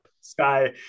sky